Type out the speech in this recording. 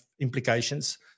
implications